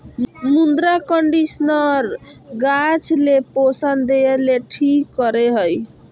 मृदा कंडीशनर गाछ ले पोषण देय ले ठीक करे हइ